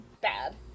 bad